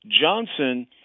Johnson